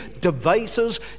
devices